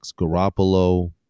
Garoppolo